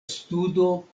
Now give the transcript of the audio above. studo